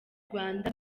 rwanda